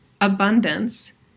abundance